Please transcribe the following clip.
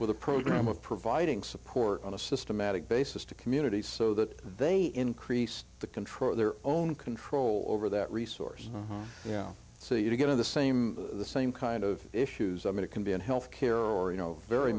with a program of providing support on a systematic basis to communities so that they increase the control of their own control over that resource yeah so you get to the same the same kind of issues i mean it can be in health care or you know very